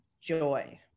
joy